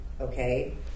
okay